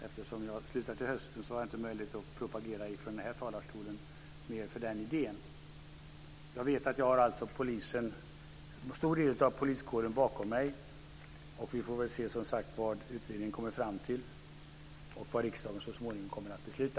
Eftersom jag lämnar riksdagen till hösten har jag inte möjlighet att från denna talarstol propagera mer för den här idén. Jag vet att jag har en stor del av poliskåren bakom mig. Vi får som sagt se vad utredningen kommer fram till och vad riksdagen så småningom kommer att besluta.